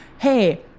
hey